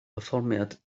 perfformiad